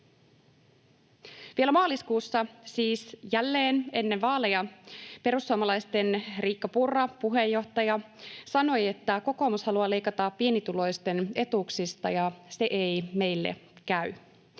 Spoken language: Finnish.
vuoden maaliskuussa, siis jälleen ennen vaaleja, perussuomalaisten puheenjohtaja Riikka Purra sanoi, että kokoomus haluaa leikata pienituloisten etuuksista ja se ei meille käy.